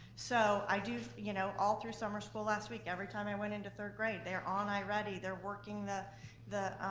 so i do, you know all through summer school last week, every time i went into third grade, they're on i-ready, they're working the the